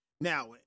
Now